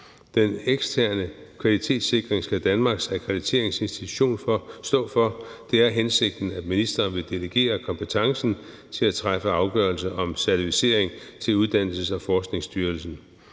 Den eksterne kvalitetssikring skal Danmarks Akkrediteringsinstitution stå for. Det er hensigten, at ministeren vil delegere kompetencen til at træffe afgørelser om certificering til Uddannelses- og Forskningsstyrelsen.